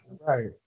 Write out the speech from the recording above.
Right